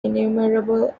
innumerable